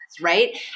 right